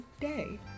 day